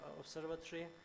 Observatory